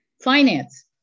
finance